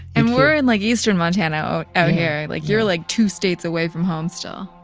and we're in like eastern montana out here. like you're like two states away from home still.